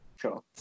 sure